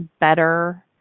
better